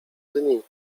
dni